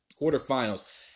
quarterfinals